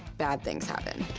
bad things happen.